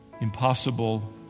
impossible